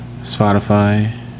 Spotify